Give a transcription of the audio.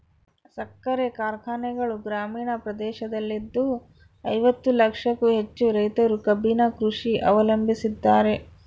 ಸಕ್ಕರೆ ಕಾರ್ಖಾನೆಗಳು ಗ್ರಾಮೀಣ ಪ್ರದೇಶದಲ್ಲಿದ್ದು ಐವತ್ತು ಲಕ್ಷಕ್ಕೂ ಹೆಚ್ಚು ರೈತರು ಕಬ್ಬಿನ ಕೃಷಿ ಅವಲಂಬಿಸಿದ್ದಾರೆ